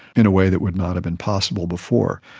in a way that would not have been possible before.